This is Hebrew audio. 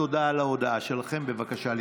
תודה על ההודעה שלכם, בבקשה לספור.